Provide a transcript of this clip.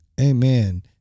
Amen